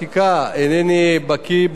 אינני בקי בפרטים,